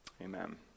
Amen